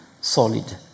solid